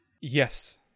Yes